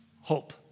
hope